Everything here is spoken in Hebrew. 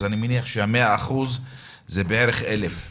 אז מניח שהמאה אחוז זה בערך אלף ומשהו.